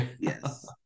yes